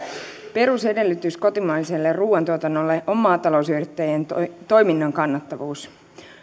perusedellytys kotimaiselle ruuantuotannolle on maatalousyrittäjien toiminnan kannattavuus